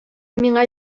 миңа